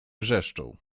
wrzeszczą